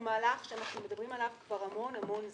מהלך שאנחנו מדברים עליו כבר המון המון זמן,